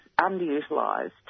underutilised